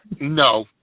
No